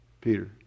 Peter